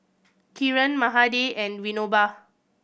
Kiran Mahade and Vinoba